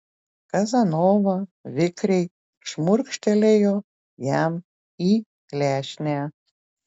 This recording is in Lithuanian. kazanova vikriai šmurkštelėjo jam į klešnę